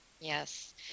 Yes